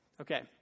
Okay